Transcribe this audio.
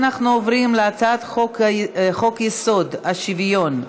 אנחנו עוברים להצעת הצעת חוק-יסוד: השוויון,